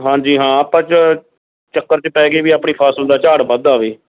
ਹਾਂਜੀ ਹਾਂ ਆਪਾਂ ਚ ਚੱਕਰ 'ਚ ਪੈ ਗਏ ਵੀ ਆਪਣੀ ਫਸਲ ਦਾ ਝਾੜ ਵੱਧ ਆਵੇ